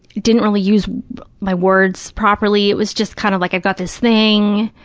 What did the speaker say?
didn't really use my words properly. it was just kind of like, i've got this thing,